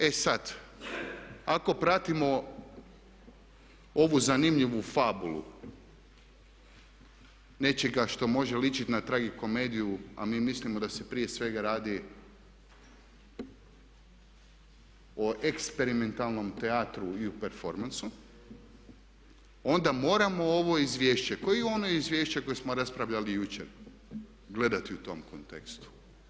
E sad, ako pratimo ovu zanimljivu fabulu nečega što može ličiti na tragikomediju, a mi mislimo da se prije svega radi o eksperimentalnom teatru i u performansu, onda moramo ovo izvješće kao i ono izvješće koje smo raspravljali jučer gledati u tom kontekstu.